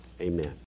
Amen